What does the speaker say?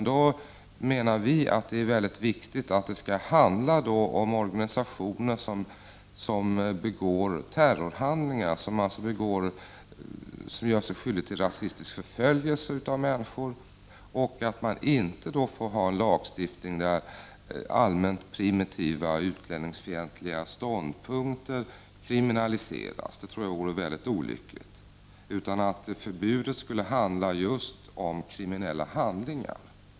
Vi menar att det är viktigt att det då skall gälla organisationer som begår terrorhandlingar, som gör sig skyldiga till rasistisk förföljelse av människor. Man får inte ha en lagstiftning som innebär att allmänt primitiva, utlänningsfientliga ståndpunkter kriminaliseras. Det tror jag vore olyckligt. Förbudet skulle gälla just kriminella handlingar.